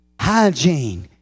Hygiene